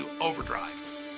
overdrive